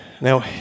Now